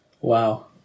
Wow